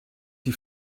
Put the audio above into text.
die